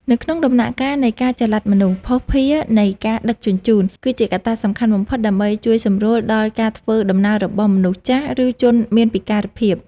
នៅក្នុងដំណាក់កាលនៃការចល័តមនុស្ស ភស្តុភារនៃការដឹកជញ្ជូន គឺជាកត្តាសំខាន់បំផុតដើម្បីជួយសម្រួលដល់ការធ្វើដំណើររបស់មនុស្សចាស់ ឬជនមានពិការភាព។